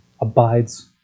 abides